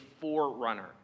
forerunner